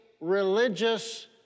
religious